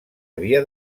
havia